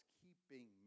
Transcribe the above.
keeping